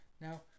Now